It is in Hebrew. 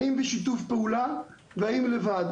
האם בשיתוף פעולה, והאם לבד.